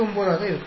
49 ஆக இருக்கும்